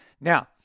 Now